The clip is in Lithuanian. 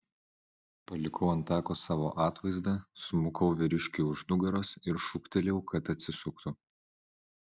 palikau ant tako savo atvaizdą smukau vyriškiui už nugaros ir šūktelėjau kad atsisuktų